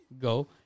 go